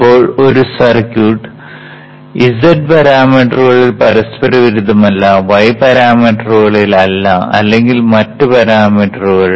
ഇപ്പോൾ ഒരു circuit z പാരാമീറ്ററുകളിൽ പരസ്പരവിരുദ്ധമല്ല y പരാമീറ്ററുകളിൽ അല്ല അല്ലെങ്കിൽ മറ്റ് പാരാമീറ്ററുകൾ